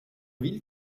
villes